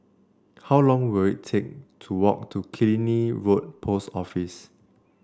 how long will it take to walk to Killiney Road Post Office